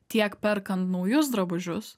tiek perkant naujus drabužius